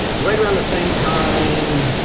right around the same time,